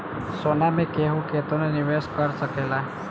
सोना मे केहू केतनो निवेस कर सकेले